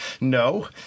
No